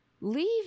leave